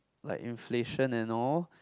like inflation and all